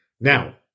Now